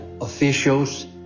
officials